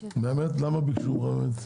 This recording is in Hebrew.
למה ביקשו ממך באמת?